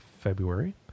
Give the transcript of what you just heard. February